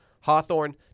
Hawthorne